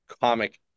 comic